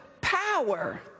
power